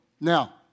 Now